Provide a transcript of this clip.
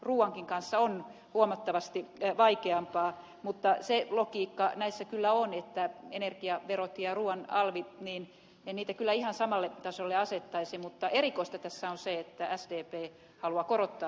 ruuan kanssa on huomattavasti vaikeampaa mutta se logiikka näissä kyllä on että energiaverot ja ruuan alvi ei niitä kyllä ihan samalle tasolle asettaisi mutta erikoista tässä on se että sdp haluaa korottaa ruuan arvonlisäveroa